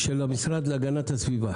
המשרד להגנת הסביבה